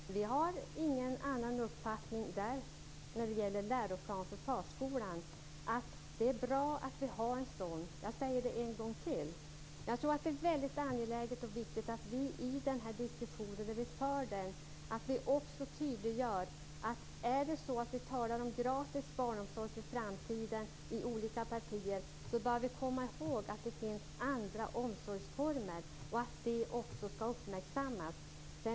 Fru talman! Vi har ingen annan uppfattning när det gäller läroplanen för förskolan. Jag säger en gång till att det är bra att det finns en sådan. Jag tror att det är angeläget att vi när vi för den här diskussionen är tydliga. När vi i olika partier talar om gratis barnomsorg i framtiden bör vi komma ihåg att det finns andra omsorgsformer och att de också skall uppmärksammas.